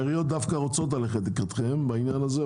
העיריות דווקא רוצות ללכת לקראתכם בעניין הזה,